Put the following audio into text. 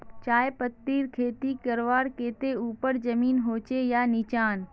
चाय पत्तीर खेती करवार केते ऊपर जमीन होचे या निचान?